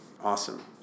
Awesome